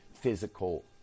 physical